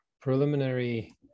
preliminary